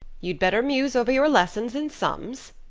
you'd better muse over your lessons and sums,